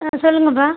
ஆ சொல்லுங்கப்பா